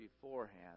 beforehand